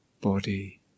body